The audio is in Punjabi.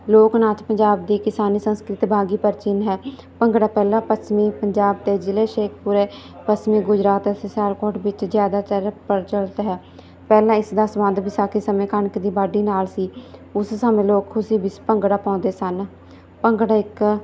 ਲੋਕ ਨਾਚ ਪੰਜਾਬ ਦੀ ਕਿਸਾਨੀ ਸੰਸਕ੍ਰਿਤ ਭਾਗੀ ਪ੍ਰਾਚੀਨ ਹੈ ਭੰਗੜਾ ਪਹਿਲਾਂ ਪੱਛਮੀ ਪੰਜਾਬ ਦੇ ਜ਼ਿਲ੍ਹੇ ਸ਼ੇਖਪੁਰ ਪੱਛਮੀ ਗੁਜਰਾਤ ਸ ਸਿਆਲਕੋਟ ਵਿੱਚ ਜ਼ਿਆਦਾਤਰ ਪ੍ਰਚਲਿਤ ਹੈ ਪਹਿਲਾਂ ਇਸ ਦਾ ਸੰਬੰਧ ਵਿਸਾਖੀ ਸਮੇਂ ਕਣਕ ਦੀ ਵਾਢੀ ਨਾਲ ਸੀ ਉਸ ਸਮੇਂ ਲੋਕ ਖੁਸ਼ੀ ਵਿੱਚ ਭੰਗੜਾ ਪਾਉਂਦੇ ਸਨ ਭੰਗੜਾ ਇੱਕ